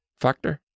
factor